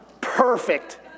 Perfect